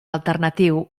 alternatiu